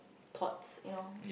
thoughts you know